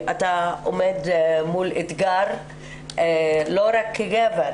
שאתה עומד מול אתגר לא רק כגבר,